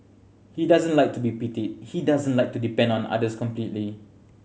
he doesn't like to be pitied he doesn't like to depend on others completely